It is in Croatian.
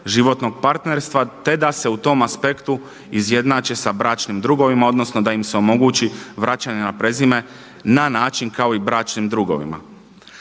životnog partnerstva, te da se u tom aspektu izjednače sa bračnim drugovima, odnosno da im se omogući vraćanje na prezime na način kao i bračnim drugovima.